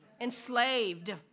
enslaved